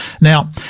Now